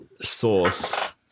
source